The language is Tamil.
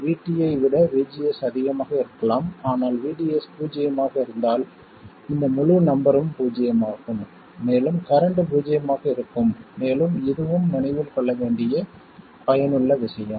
VT ஐ விட VGS அதிகமாக இருக்கலாம் ஆனால் VDS பூஜ்ஜியமாக இருந்தால் இந்த முழு நம்பரும் பூஜ்ஜியமாகும் மேலும் கரண்ட் பூஜ்ஜியமாக இருக்கும் மேலும் இதுவும் நினைவில் கொள்ள வேண்டிய பயனுள்ள விஷயம்